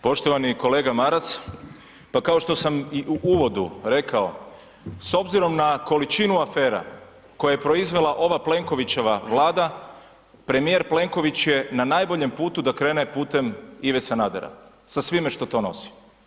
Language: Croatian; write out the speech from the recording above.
Poštovani kolega Maras, pa kao što sam i u uvodu rekao, s obzirom na količinu afera, koje je proizvela ova Plenkovićeva vlada, premjer Plenković je na najboljem putu, da krene putem Ive Sanadera, sa svime što to nosi.